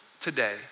today